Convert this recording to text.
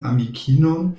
amikinon